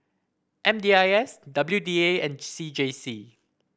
M D I S W D A and C J C